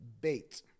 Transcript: Bait